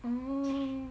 oh